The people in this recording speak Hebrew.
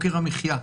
יוקר המחיה.